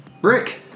Brick